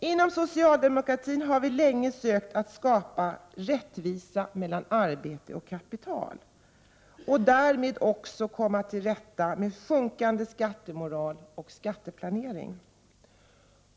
Inom socialdemokratin har vi länge försökt att skapa rättvisa mellan arbetd och kapital, och därmed också komma till rätta med sjunkande skattemoral och skatteplanering.